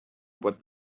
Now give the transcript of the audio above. what